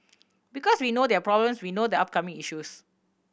because we know their problems we know the upcoming issues